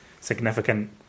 significant